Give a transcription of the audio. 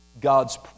God's